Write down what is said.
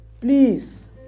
Please